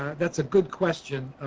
that's a good question.